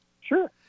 Sure